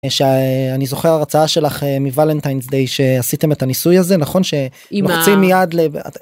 אני זוכר הרצאה שלך מולנטיינס די שעשיתם את הניסוי הזה נכון שאימא מייד לב.